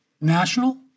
national